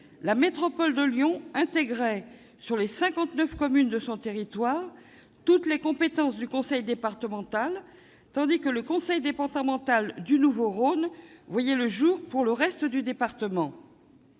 la métropole de Lyon intégrait sur les cinquante-neuf communes de son territoire toutes les compétences du conseil départemental, tandis que le conseil départemental du Nouveau-Rhône voyait le jour pour le reste du département.